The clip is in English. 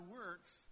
works